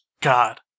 God